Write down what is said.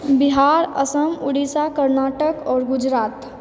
बिहार असम उड़ीसा कर्नाटक और गुजरात